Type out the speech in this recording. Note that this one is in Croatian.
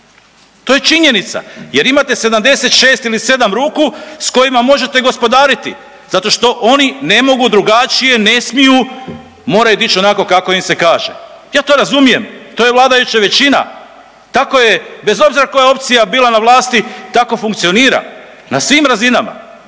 To je činjenica jer imate 76 ili 7 ruku s kojima možete gospodariti. Zato što oni ne mogu drugačije, ne smiju moraju dići onako kako im se kaže. Ja to razumijem to je vladajuća većina. Tako je bez obzira koja opcija bila na vlasti, tako funkcionira na svim razinama.